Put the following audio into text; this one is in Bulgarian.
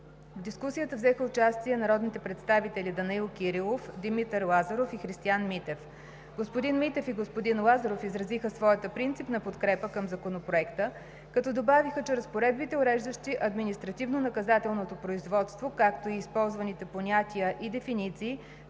В дискусията взеха участие народните представители Данаил Кирилов, Димитър Лазаров и Христиан Митев. Господин Митев и господин Лазаров изразиха своята принципна подкрепа към Законопроекта, като добавиха, че разпоредбите, уреждащи административнонаказателното производство, както и използваните понятия и дефиниции,